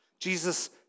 Jesus